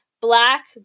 black